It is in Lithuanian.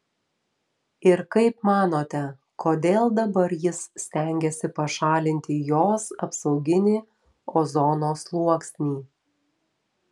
ir kaip manote kodėl dabar jis stengiasi pašalinti jos apsauginį ozono sluoksnį